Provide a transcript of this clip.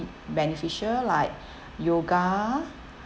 beneficial like yoga